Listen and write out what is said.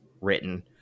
written